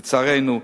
לצערנו,